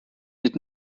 did